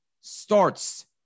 starts